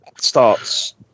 starts